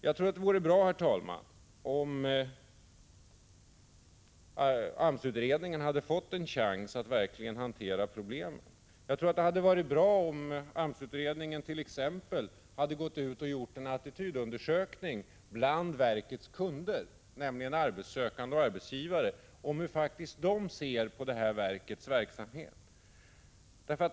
Det hade varit bra om AMS-kommittén hade fått en chans att verkligen hantera problemen och t.ex. gjort en attitydundersökning bland verkets kunder, nämligen arbetssökande och arbetsgivare, om hur de ser på verkets verksamhet.